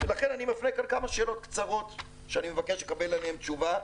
לכן אני מפנה כאן כמה שאלות קצרות שאני מבקש לקבל עליהן תשובה,